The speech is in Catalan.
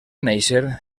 néixer